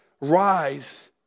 rise